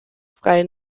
frei